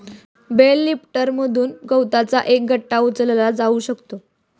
bell लिफ्टरमधून गवताचा एक गठ्ठा उचलला जाऊ शकतो